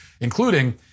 including